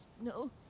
no